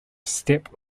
step